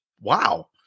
wow